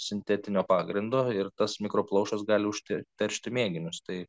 sintetinio pagrindo ir tas mikroplaušas gali užte teršti mėginius tai